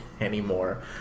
anymore